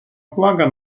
флага